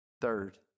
Third